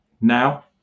now